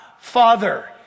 Father